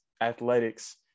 athletics